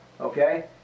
Okay